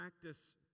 practice